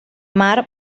mar